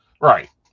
right